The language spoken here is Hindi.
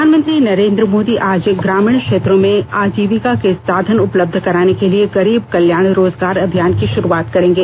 प्रधानमंत्री नरेन्द्र मोदी आज ग्रामीण क्षेत्रों में आजीविका के साधन उपलब्ध कराने के लिए गरीब कल्याण रोजगार अभियान की शुरूआत करेंगे